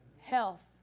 health